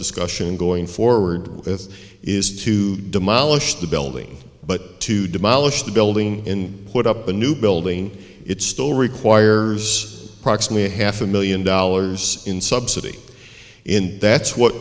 discussion going forward with is to demolish the building but to demolish the building in put up a new building it still requires approximately half a million dollars in subsidy in that's what